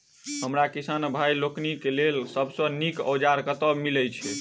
हमरा किसान भाई लोकनि केँ लेल सबसँ नीक औजार कतह मिलै छै?